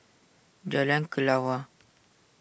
Jalan Kelawar